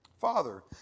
Father